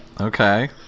Okay